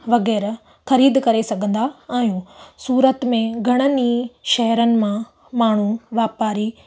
वग़ैरह ख़रीद करे सघंदा आहियूं सूरत में घणनि ई शहरनि मां माण्हू वापारी